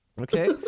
Okay